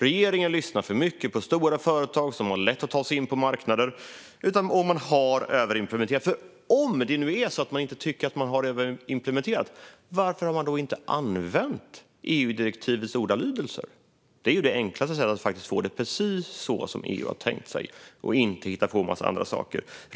Regeringen lyssnar för mycket på stora företag som har lätt att ta sig in på marknader. Och man har överimplementerat, för om man nu inte tycker att man har överimplementerat varför har man då inte använt EU-direktivets ordalydelse? Det är ju det enklaste sättet att faktiskt få det precis så som EU har tänkt sig och inte hitta på en massa andra saker.